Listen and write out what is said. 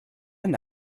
n’a